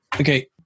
Okay